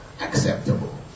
acceptable